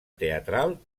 teatral